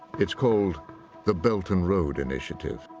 it's called the belt and road initiative.